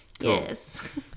yes